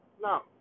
No